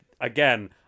again